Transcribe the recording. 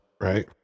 right